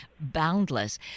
boundless